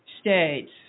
states